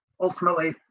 ultimately